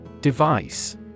Device